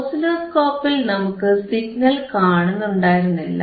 ഓസിലോസ്കോപ്പിൽ നമുക്ക് സിഗ്നൽ കാണുന്നുണ്ടായിരുന്നില്ല